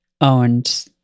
owned